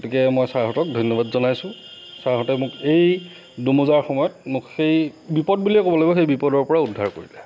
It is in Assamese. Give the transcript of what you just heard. গতিকে মই ছাৰহঁতক ধন্যবাদ জনাইছোঁ ছাৰহঁতে মোক এই দোমোজাৰ সময়ত মোক সেই বিপদ বুলিয়ে ক'ব লাগিব সেই বিপদৰ পৰা উদ্ধাৰ কৰিলে